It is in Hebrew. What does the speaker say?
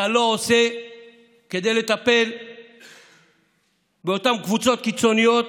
אתה לא עושה כדי לטפל באותן קבוצות קיצוניות